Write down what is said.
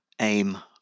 aim